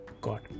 God